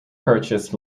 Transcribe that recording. purchased